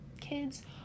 kids